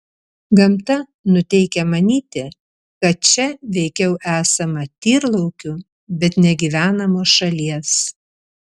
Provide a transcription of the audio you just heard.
gamta nuteikia manyti kad čia veikiau esama tyrlaukių bet ne gyvenamos šalies